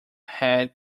had